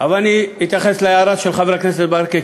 אני אתייחס להערה של חבר הכנסת ברכה,